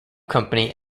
company